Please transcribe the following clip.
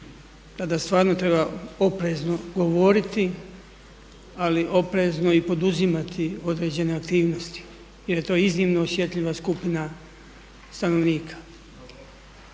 tada stvarno treba oprezno govoriti, ali oprezno i poduzimati određene aktivnosti jer je to iznimno osjetljiva skupina stanovnika.